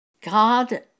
God